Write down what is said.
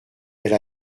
elle